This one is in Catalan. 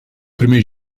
primer